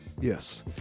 Yes